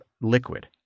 liquid